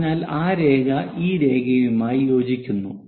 അതിനാൽ ആ രേഖ ഈ രേഖയുമായി യോജിക്കുന്നു